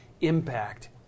impact